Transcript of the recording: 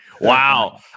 wow